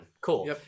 cool